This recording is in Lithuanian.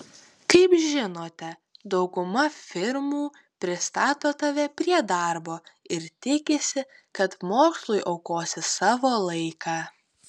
kaip žinote dauguma firmų pristato tave prie darbo ir tikisi kad mokslui aukosi savo laiką